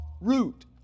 root